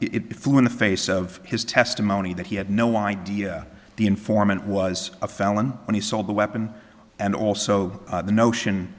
it flew in the face of his testimony that he had no idea the informant was a felon when he sold the weapon and also the notion